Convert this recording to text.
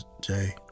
Jay